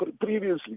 previously